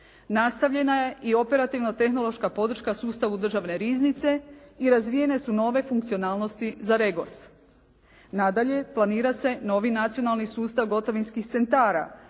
Nastavljena je i operativno tehnološka podrška sustavu državne riznice i razvijene su nove funkcionalnosti za Regos. Nadalje planira se novi nacionalni sustav gotovinskih centara